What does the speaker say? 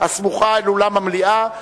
הסמוכה אל אולם המליאה,